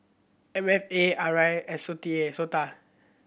M F A R I and SOTA